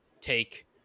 take